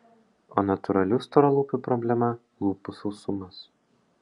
o natūralių storalūpių problema lūpų sausumas